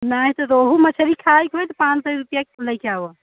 नहीं तो रोहू मछली खाए को होई तो पाँच सौ रुपया किलो लेकर आओ